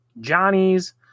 Johnny's